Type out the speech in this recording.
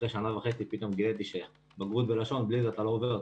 אחרי שנה וחצי פתאום גיליתי שבלי בגרות בלשון אתה לא עובר,